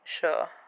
Sure